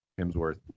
Hemsworth